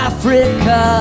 Africa